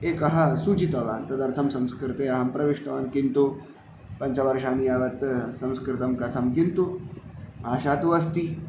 एकः सूचितवान् तदर्थं संस्कृते अहं प्रविष्टवान् किन्तु पञ्चवर्षाणि यावत् संस्कृतं कथं किन्तु आशा तु अस्ति